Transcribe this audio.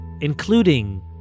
including